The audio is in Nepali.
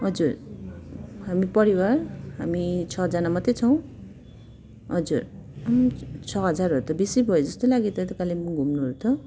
हजुर हामी परिवार हामी छजना मात्रै छौँ हजुर आम्म छ हजारहरू त बेसी भयो जस्तो लाग्यो त कालेबुङ घुम्नुहरू त